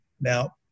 Now